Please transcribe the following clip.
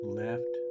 left